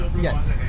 Yes